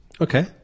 Okay